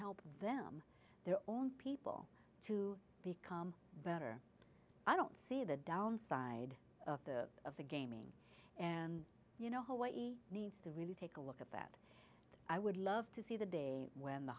help them their own people to become better i don't see the downside of the of the gaming and you know hawaii needs to really take a look at that i would love to see the day when the